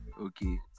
Okay